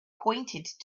pointed